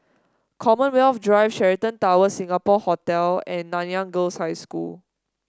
Commonwealth Drive Sheraton Towers Singapore Hotel and Nanyang Girls' High School